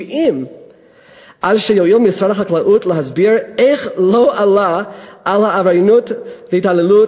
70. אז שיואיל משרד החקלאות להסביר איך הוא לא עלה על העבריינות וההתעללות